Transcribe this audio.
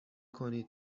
کنید